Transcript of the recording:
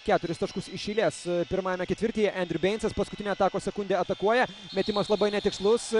keturis taškus iš eilės pirmajame ketvirtyje endriu beincas paskutinę atakos sekundę atakuoja metimas labai netikslus